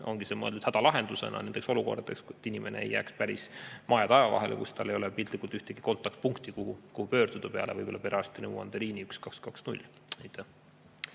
ongi mõeldud hädalahendusena nendeks olukordadeks, et inimene ei jääks päris maa ja taeva vahele, kus tal ei ole piltlikult ühtegi kontaktpunkti, kuhu pöörduda peale võib-olla perearsti nõuandeliini 1220.